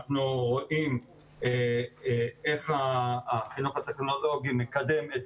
אנחנו רואים איך החינוך הטכנולוגי מקדם את